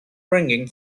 ringing